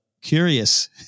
curious